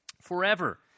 forever